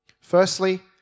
Firstly